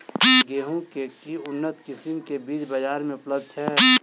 गेंहूँ केँ के उन्नत किसिम केँ बीज बजार मे उपलब्ध छैय?